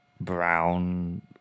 brown